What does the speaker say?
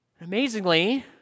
Amazingly